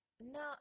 No